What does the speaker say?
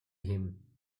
him